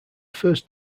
first